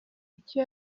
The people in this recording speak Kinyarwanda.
icyo